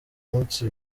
umunsi